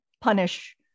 punish